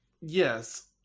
Yes